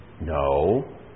No